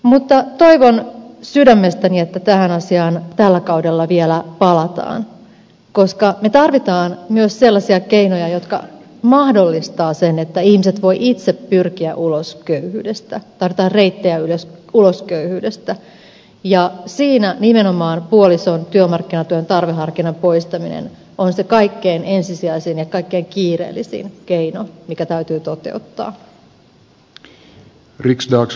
mutta toivon sydämestäni että tähän asiaan tällä kaudella vielä palataan koska me tarvitsemme myös sellaisia keinoja jotka mahdollistavat sen että ihmiset voivat itse pyrkiä ulos köyhyydestä tarvitaan reittejä ulos köyhyydestä ja siinä nimenomaan puolison työmarkkinatuen tarveharkinnan poistaminen on se kaikkein ensisijaisin ja kaikkein kiireellisin keino joka täytyy toteuttaa